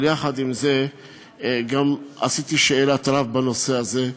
אבל גם עשיתי שאלת רב בנושא הזה,